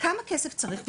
וכמה כסף צריך.